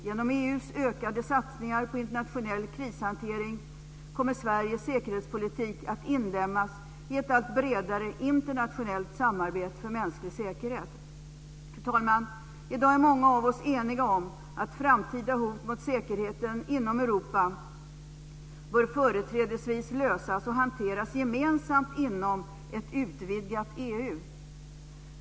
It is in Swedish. Genom EU:s ökade satsningar på internationell krishantering kommer Sveriges säkerhetspolitik att inlemmas i ett allt bredare internationellt samarbete för mänsklig säkerhet. Fru talman! I dag är många av oss eniga om att framtida hot mot säkerheten inom Europa företrädesvis bör lösas och hanteras gemensamt inom ett utvidgat EU.